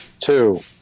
Two